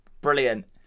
Brilliant